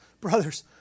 brothers